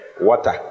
water